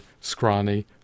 scrawny